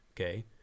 okay